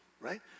right